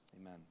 Amen